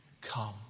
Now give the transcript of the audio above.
Come